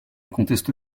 conteste